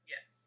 Yes